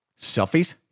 selfies